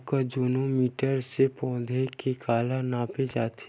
आकजेनो मीटर से पौधा के काला नापे जाथे?